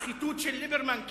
שחיתות של ליברמן,